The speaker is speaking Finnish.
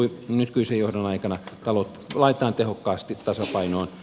nykyisen johdon aikana taloutta laitetaan tehokkaasti tasapainoon